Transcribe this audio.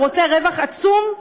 הוא רוצה רווח עצום.